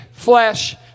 flesh